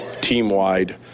team-wide